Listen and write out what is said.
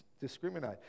discriminate